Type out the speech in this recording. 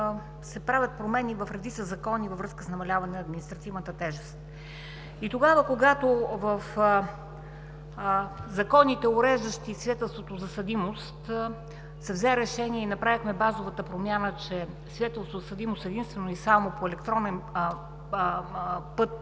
се правят промени в редица закони във връзка с намаляване на административната тежест. Тогава, когато в законите, уреждащи свидетелството за съдимост, се взе решение и направихме базовата промяна, че свидетелството за съдимост единствено и само по електронен път